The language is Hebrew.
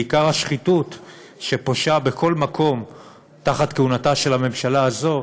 בעיקר השחיתות שפושה בכל מקום תחת כהונתה של הממשלה הזו,